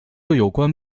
有关